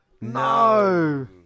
No